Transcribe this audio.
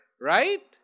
right